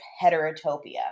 heterotopia